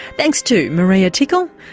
thanks to maria tickle,